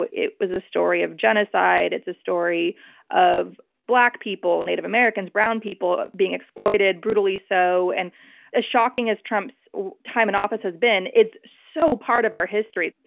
but it was a story of genocide. it's a story of black people, native americans, brown people, being exploited, brutally so. and as shocking as trump's time in office has been, it's also so part of our history.